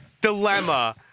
dilemma